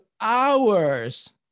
hours